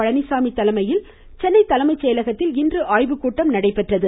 பழனிசாமி தலைமையில் சென்னை தலைமை செயலகத்தில் இன்று ஆய்வுக்கூட்டம் நடைபெற்றது